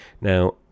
Now